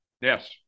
Yes